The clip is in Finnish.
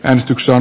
äänestyksen